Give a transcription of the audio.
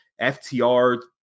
FTR